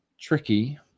tricky